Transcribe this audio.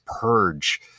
purge